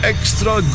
Extra